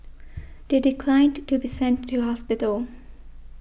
they declined to be sent to hospital